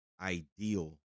ideal